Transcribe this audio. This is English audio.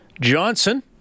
Johnson